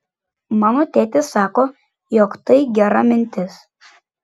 mano tėtis sako jog tai gera mintis